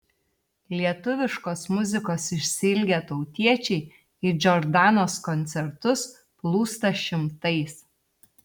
lietuviškos muzikos išsiilgę tautiečiai į džordanos koncertus plūsta šimtais